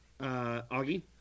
Augie